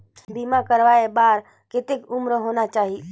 बीमा करवाय बार कतेक उम्र होना चाही?